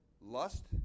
lust